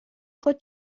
خود